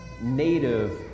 Native